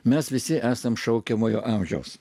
mes visi esam šaukiamojo amžiaus